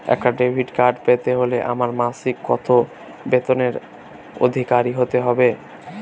একটা debit card পেতে হলে আমার মাসিক কত বেতনের অধিকারি হতে হবে?